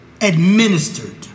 administered